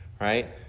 right